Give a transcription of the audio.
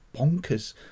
bonkers